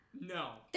No